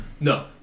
No